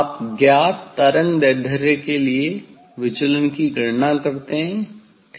आप ज्ञात तरंगदैर्ध्य के लिए विचलन की गणना करते हैं ठीक है